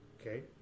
Okay